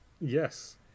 yes